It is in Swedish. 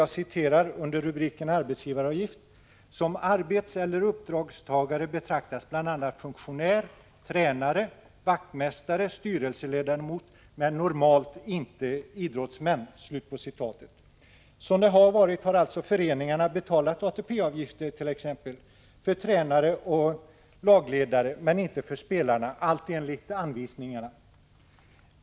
Där står under rubriken Arbetsgivaravgift: ”Som arbetseller uppdragstagare betraktas bl.a. funktionär, tränare, vaktmästare och styrelseledamot men normalt inte idrottsmän.” Föreningarna har alltså betalat ATP-avgifter för t.ex. tränare och lagledare men inte för spelarna, allt enligt anvisningarna.